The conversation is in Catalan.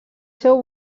seu